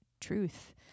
truth